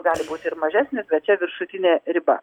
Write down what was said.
gali būti ir mažesnės bet čia viršutinė riba